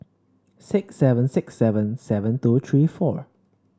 six seven six seven seven two three four